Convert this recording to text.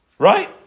right